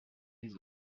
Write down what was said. les